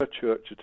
church